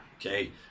okay